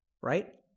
right